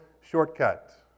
shortcut